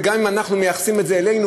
גם אם אנחנו מייחסים את זה לנו,